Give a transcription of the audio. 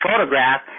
photograph